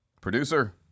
Producer